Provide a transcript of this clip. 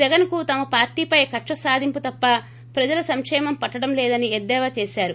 జగన్కు తమ పార్టీ పై కక్ష సాధింపు తప్ప ప్రజల సంక్షేమం పట్లడంలేదని ఎద్దేవా చేశారు